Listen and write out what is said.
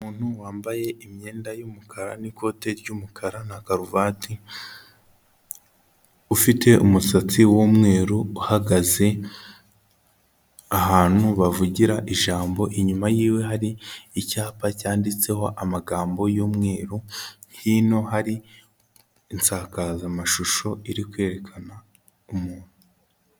Umuntu wambaye imyenda y'umukara n'ikote ry'umukara na karuvati, ufite umusatsi w'umweru uhagaze ahantu bavugira ijambo inyuma yiwe hari icyapa cyanditseho amagambo y'umweru, hino hari insakazamashusho iri kwerekana umuntu.